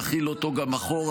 נחיל אותו גם אחורה,